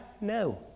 No